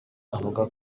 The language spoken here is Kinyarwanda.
avuga